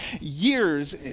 years